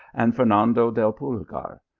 and fernando del pulgar,